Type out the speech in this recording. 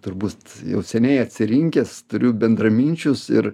turbūt jau seniai atsirinkęs turiu bendraminčius ir